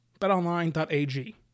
BetOnline.ag